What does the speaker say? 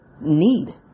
need